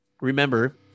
remember